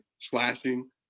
slashing